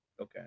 Okay